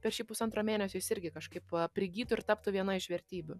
per šį pusantro mėnesio jis irgi kažkaip prigytų ir taptų viena iš vertybių